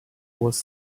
was